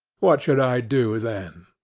what should i do then?